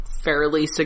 fairly